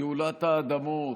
גאולת האדמות,